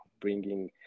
bringing